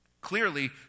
Clearly